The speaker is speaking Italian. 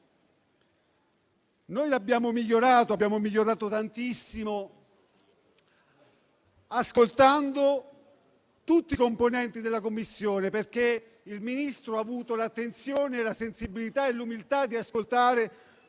Abbiamo migliorato tantissimo il provvedimento, ascoltando tutti i componenti della Commissione, perché il Ministro ha avuto l'attenzione, la sensibilità e l'umiltà di ascoltare